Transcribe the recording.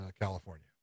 California